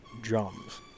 drums